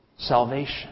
Salvation